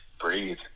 breathe